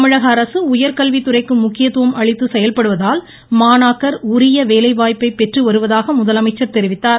தமிழகஅரசு உயர்கல்வித்துறைக்கு முக்கியத்துவம் அளித்து செயல்படுவதால் மாணாக்கர் உரிய வேலை வாய்ப்பை பெற்று வருவதாக முதலமைச்சர் தெரிவித்தார்